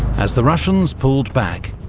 as the russians pulled back,